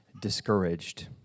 discouraged